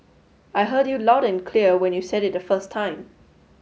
I heard you loud and clear when you said it the first time